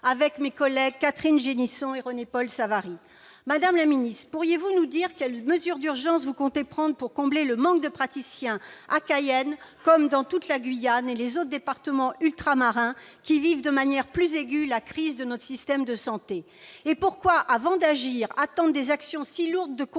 avec mes collègues Catherine Génisson et René-Paul Savary. Madame la ministre, pourriez-vous nous dire quelles mesures d'urgence vous comptez prendre pour combler le manque de praticiens à Cayenne, comme dans toute la Guyane et dans les autres départements ultramarins, qui vivent de manière plus aigüe la crise de notre système de santé ? Et pourquoi, avant d'agir, attendre des actions si lourdes de conséquences